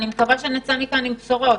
אני מקווה שנצא מכאן עם בשורות.